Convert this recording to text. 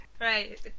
Right